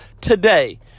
today